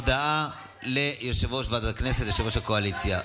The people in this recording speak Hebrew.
הודעה ליושב-ראש ועדת הכנסת, יושב-ראש הקואליציה.